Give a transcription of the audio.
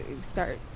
start